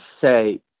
say